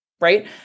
right